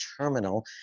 terminal